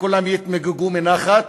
וכולם יתמוגגו מנחת.